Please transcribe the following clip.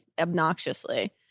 obnoxiously